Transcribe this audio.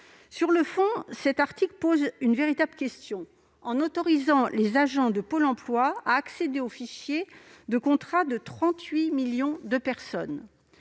Sur le fond, cet article pose une véritable question en autorisant les agents de Pôle emploi à accéder aux fichiers des contrats de 38 millions de personnes.